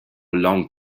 long